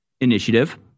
initiative